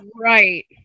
right